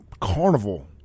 carnival